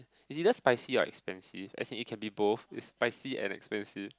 it's either spicy or expensive as in it can be both it's spicy and expensive